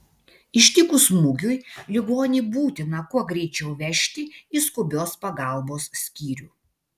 ištikus smūgiui ligonį būtina kuo greičiau vežti į skubios pagalbos skyrių